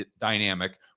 dynamic